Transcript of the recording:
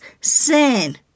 sin